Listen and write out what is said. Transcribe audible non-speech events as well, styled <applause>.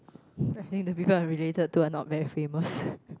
<breath> I think the people I'm related to are not very famous <laughs>